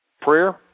prayer